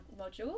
module